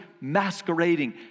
masquerading